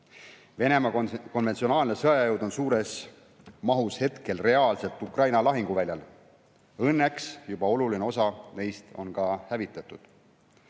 Venemaa konventsionaalne sõjajõud on suures mahus hetkel reaalselt Ukraina lahinguväljal. Õnneks on oluline osa sellest jõust juba hävitatud.